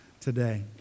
today